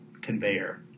conveyor